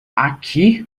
aqui